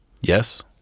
Yes